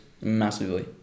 massively